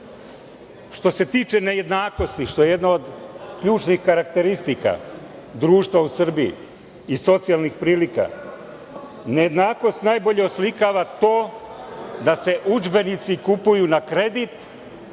se tiče nejednakosti, što jedna od ključnih karakteristika društva u Srbiji i socijalnih prilika, nejednakost najbolje oslikava to da se udžbenici kupuju na kredit,